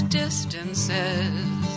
distances